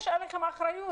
יש עליכם אחריות,